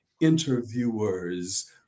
interviewers